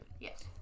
yes